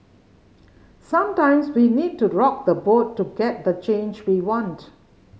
sometimes we need to rock the boat to get the change we want